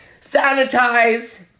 sanitize